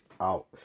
Out